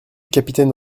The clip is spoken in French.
capitaine